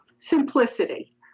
Simplicity